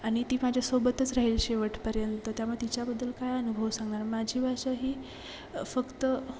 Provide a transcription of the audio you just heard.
आणि ती माझ्यासोबतच राहील शेवटपर्यंत त्यामुळे तिच्याबद्दल काय अनुभव सांगणार माझी भाषा ही फक्त